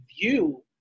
view